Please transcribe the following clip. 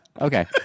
Okay